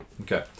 Okay